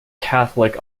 catholic